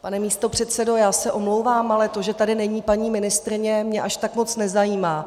Pane místopředsedo, já se omlouvám, ale to, že tady není paní ministryně, mě až tak moc nezajímá.